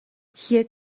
hier